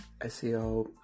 SEO